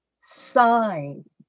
sign